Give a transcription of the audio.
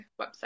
website